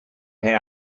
pay